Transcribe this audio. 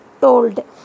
told